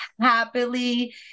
happily